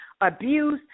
abuse